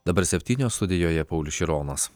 dabar septynios studijoje paulius šironas